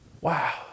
Wow